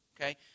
Okay